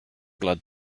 glad